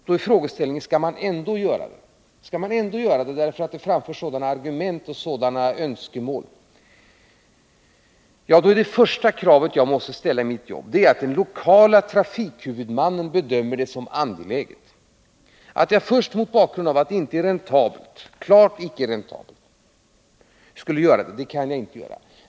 Då är frågan: Skall man ändå upprusta järnvägen därför att det framförs sådana argument och önskemål? Det första krav jag måste ställa i mitt jobb är att den lokala trafikhuvudmannen bedömer det som angeläget. Mot bakgrund av att investeringen är klart icke räntabel kan jag inte driva frågan.